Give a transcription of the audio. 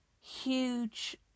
huge